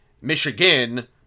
Michigan